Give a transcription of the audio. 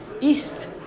east